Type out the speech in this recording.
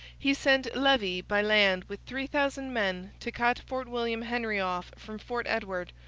he sent levis by land with three thousand men to cut fort william henry off from fort edward,